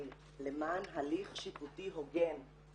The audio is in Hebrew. אני למען הליך שיפוטי הוגן.